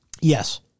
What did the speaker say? Yes